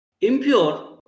impure